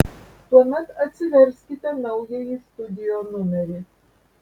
tuomet atsiverskite naująjį studio numerį